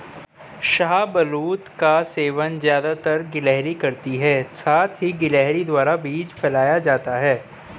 शाहबलूत का सेवन ज़्यादातर गिलहरी करती है साथ ही गिलहरी द्वारा बीज फैलाया जाता है